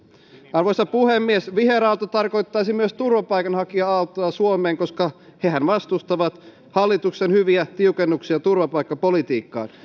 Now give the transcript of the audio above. arvoisa puhemies viheraalto tarkoittaisi myös turvapaikanhakija aaltoa suomeen koska hehän vastustavat hallituksen hyviä tiukennuksia turvapaikkapolitiikkaan